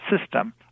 system